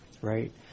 right